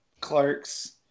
Clark's